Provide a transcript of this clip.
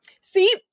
See